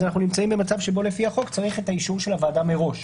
אז אנחנו נמצאים במצב שבו לפי החוק צריך את האישור של הוועדה מראש.